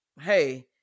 hey